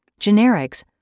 Generics